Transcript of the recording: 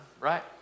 right